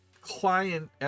client